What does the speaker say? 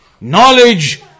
Knowledge